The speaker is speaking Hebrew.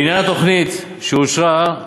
לעניין התוכנית שאושרה,